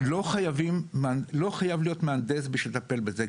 לא חייב להיות מהנדס בשביל לטפל בזה.